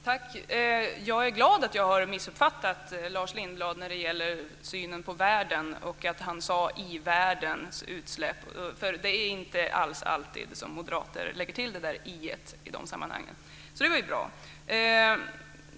Herr talman! Jag är glad att jag har missuppfattat Lars Lindblad när det gäller synen på världen och att han sade i-världens utsläpp. Det är inte alls alltid moderater lägger till det där i:et i dessa sammanhang, så det var ju bra.